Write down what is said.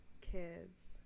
Kids